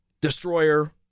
destroyer